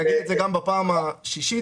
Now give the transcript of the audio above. נגיד גם בפעם השישית,